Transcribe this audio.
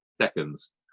seconds